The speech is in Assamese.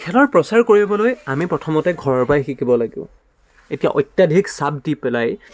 খেলৰ প্ৰচাৰ কৰিবলৈ আমি প্ৰথমতে ঘৰৰ পৰাই শিকিব লাগিব এতিয়া অত্যাধিক চাপ দি পেলাই